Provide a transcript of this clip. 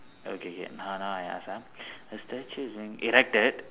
okay K now now I ask ah a statue is being erected